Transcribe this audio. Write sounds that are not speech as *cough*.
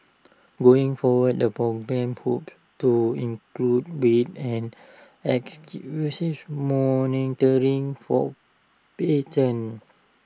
going forward the *unintelligible* poop to include weight and *unintelligible* monitoring for patients